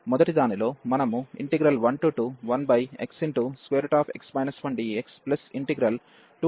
కాబట్టి మొదటి దానిలో మనము 121xx 1dx21xx 1dx తీసుకున్నాము